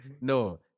no